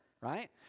right